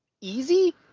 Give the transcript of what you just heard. easy